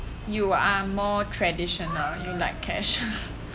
you are more traditional you like cash